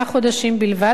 כפי שנתבקשנו,